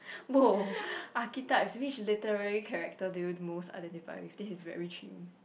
!woah! archetypes which literary character do you most identify with this is very chim